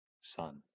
son